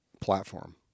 platform